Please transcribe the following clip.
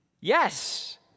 Yes